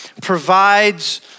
provides